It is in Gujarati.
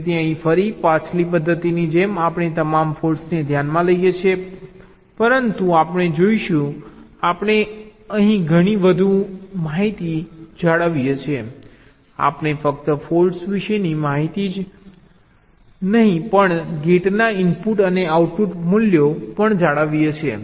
તેથી અહીં ફરી પાછલી પદ્ધતિની જેમ આપણે તમામ ફોલ્ટ્સને ધ્યાનમાં લઈએ છીએ પરંતુ આપણે જોશું આપણે અહીં ઘણી વધુ માહિતી જાળવીએ છીએ આપણે ફક્ત ફોલ્ટ્સ વિશેની માહિતી જ નહીં પણ ગેટના ઇનપુટ અને આઉટપુટ મૂલ્યો પણ જાળવીએ છીએ